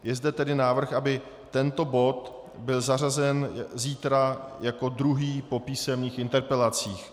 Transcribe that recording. Je zde tedy návrh, aby tento bod byl zařazen zítra jako druhý po písemných interpelacích.